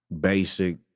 basic